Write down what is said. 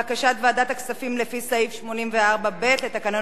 בקשת ועדת הכספים לפי סעיף 84ב לתקנון